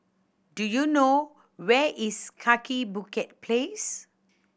do you know where is Kaki Bukit Place